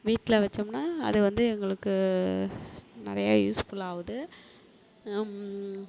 வீட்டில் வச்சோம்ன்னா அது வந்து எங்களுக்கு நிறைய யூஸ்ஃபுல் ஆகுது